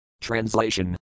Translation